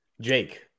Jake